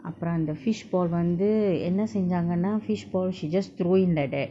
அப்புரோ அந்த:appuroo andtha fishball வந்து என்ன செஞ்சாங்கனா:vandthu enna senjangana fishball she just throw in that a